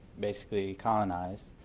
basically colonized